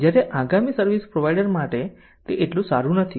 જ્યારે આગામી service provider માટે તે એટલું સારું નથી